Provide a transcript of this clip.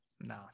No